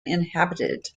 inhabited